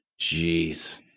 Jeez